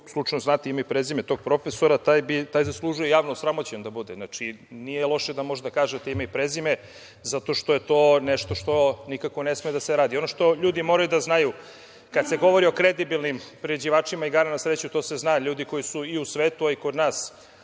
ukoliko znate ime i prezime tog profesora, taj zaslužuje javno osramoćen da bude. Znači, nije loše da možda kažete ime i prezime zato što je to nešto što nikako ne sme da se radi. Ono što ljudi moraju da znaju, kada se govori o kredibilnim priređivačima igara na sreću, to se zna, ljudi koji su i u svetu i kod nas,